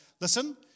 Listen